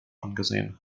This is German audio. angesehen